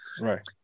right